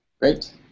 Great